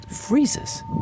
freezes